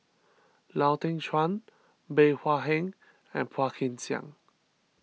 Lau Teng Chuan Bey Hua Heng and Phua Kin Siang